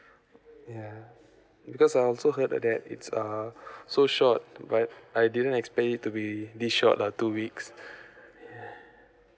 yeah because I also heard that it's uh so short right I didn't expect it to be this short ah two weeks